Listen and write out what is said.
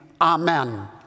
Amen